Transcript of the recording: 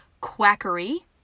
quackery